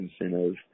incentives